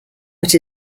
but